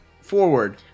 forward